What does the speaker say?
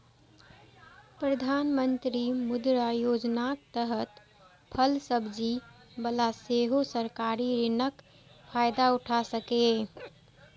प्रधानमंत्री मुद्रा योजनाक तहत फल सब्जी बला सेहो सरकारी ऋणक फायदा उठा सकैए